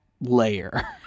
layer